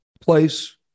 place